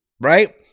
Right